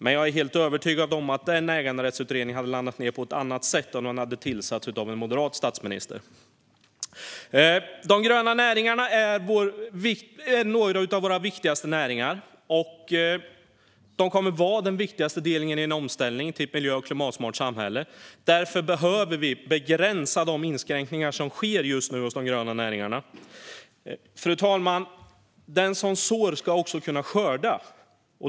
Men jag är helt övertygad om att denna äganderättsutredning hade blivit en annan om den hade tillsatts av en moderat statsminister. De gröna näringarna är några av våra viktigaste näringar, och de kommer att vara den viktigaste delen i en omställning till ett miljö och klimatsmart samhälle. Därför behöver vi begränsa de inskränkningar som sker just nu bland de gröna näringarna. Fru talman! Den som sår ska också kunna skörda.